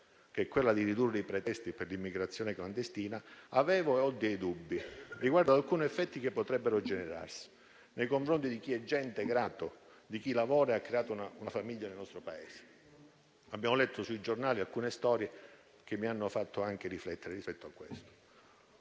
volta a ridurre i pretesti per l'immigrazione clandestina, avevo e ho dubbi riguardo ad alcuni effetti che potrebbero generarsi nei confronti di chi è già integrato, di chi lavora e ha creato una famiglia nel nostro Paese. Abbiamo letto sui giornali alcune storie che mi hanno fatto anche riflettere rispetto a questo.